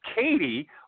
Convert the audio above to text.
Katie